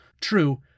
True